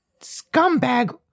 scumbag